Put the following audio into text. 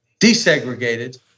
desegregated